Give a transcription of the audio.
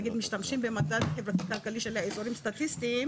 נניח משתמשים במדד חברתי כלכלי של האזורים הסטטיסטיים,